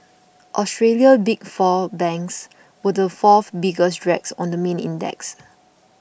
Australia's Big Four banks were the four biggest drags on the main index